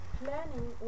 planning